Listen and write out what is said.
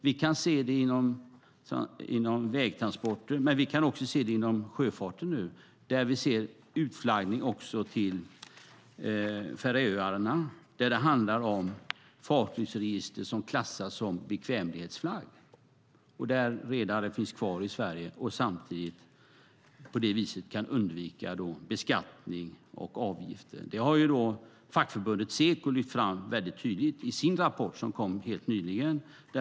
Vi kan se det inom vägtransporter, men vi kan också se det inom sjöfarten där det förekommer utflaggning också till Färöarna, vars fartygsregister klassas som bekvämlighetsflagg. Redarna finns kvar i Sverige och kan på det viset undvika beskattning och avgifter. Det har fackförbundet Seko lyft fram tydligt i sin rapport som kom nyligen.